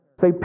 say